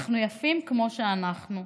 אנחנו יפים כמו שאנחנו,